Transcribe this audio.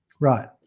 Right